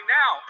now